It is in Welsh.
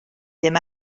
ddim